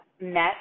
met